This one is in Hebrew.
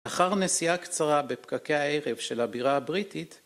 לאחר נסיעה קצרה בפקקי הערב של הבירה הבריטית,